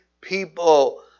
people